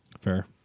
Fair